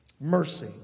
Mercy